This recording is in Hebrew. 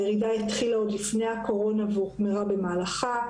הירידה התחילה עוד לפני הקורונה והוחמרה במהלכה.